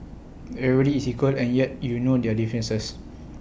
everybody is equal and yet you know their differences